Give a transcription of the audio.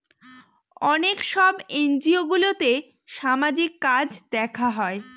অনেক সব এনজিওগুলোতে সামাজিক কাজ দেখা হয়